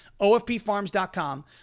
OFPFarms.com